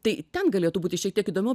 tai ten galėtų būti šiek tiek įdomiau